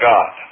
God